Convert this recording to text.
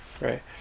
right